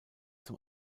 zum